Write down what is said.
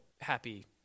happy